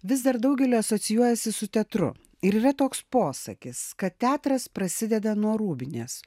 vis dar daugeliui asocijuojasi su teatru ir yra toks posakis kad teatras prasideda nuo rūbinės